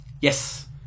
Yes